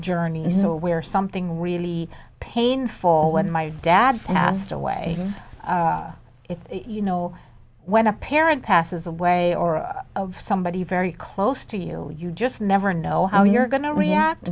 journey where something really painful when my dad and asked away if you know when a parent passes away or of somebody very close to you you just never know how you're going to react